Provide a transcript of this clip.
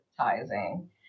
advertising